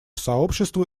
сообществу